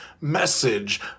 message